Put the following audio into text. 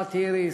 הבת איריס,